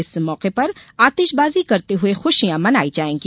इस मौके पर आतिशबाजी करते हुए खुशियां मनाई जाएगी